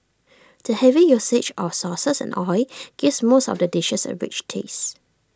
the heavy usage of sauces and oil gives most of the dishes A rich taste